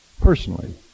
personally